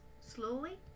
slowly